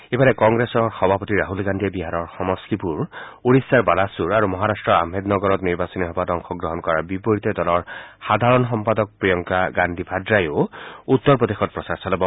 ইফালে কংগ্ৰেছৰ সভাপতি ৰাহুল গান্ধীয়েও বিহাৰৰ সমষ্টিপুৰ ওড়িশাৰ বালাসুৰত আৰু মহাৰাট্টৰ আহমেদ নগৰত নিৰ্বাচনী সভাত অংশগ্ৰহণ কৰাৰ লগতে দলৰ সাধাৰণ সম্পাদক প্ৰিয়ংকা গান্ধী ভদ্ৰায়ো উত্তৰ প্ৰদেশত প্ৰচাৰ চলাব